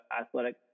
athletic